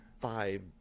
Five